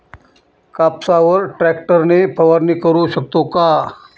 कापसावर ट्रॅक्टर ने फवारणी करु शकतो का?